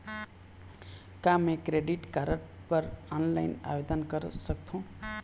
का मैं credit card बर ऑनलाइन आवेदन कर सकथों?